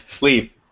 Leave